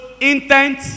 intent